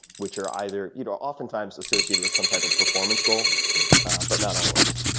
which are either you know oftentimes associated with some type of performance goal but not always.